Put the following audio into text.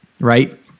right